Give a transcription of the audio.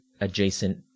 adjacent